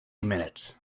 minute